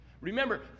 Remember